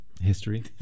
history